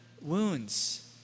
wounds